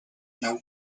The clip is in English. now